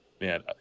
Man